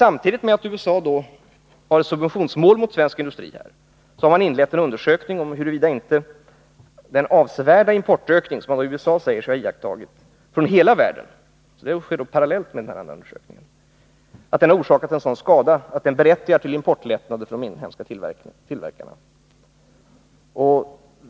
Samtidigt med att USA har ett subventionsmål riktat mot svensk industri, har man påbörjat en undersökning, paraliell med den andra undersökningen, om huruvida inte den avsevärda ökning av importen från hela världen som man i USA säger sig ha iakttagit, har orsakat sådan skada att den berättigar till importlättnader för de inhemska tillverkarna.